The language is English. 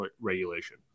regulation